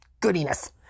Goodiness